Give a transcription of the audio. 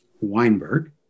Weinberg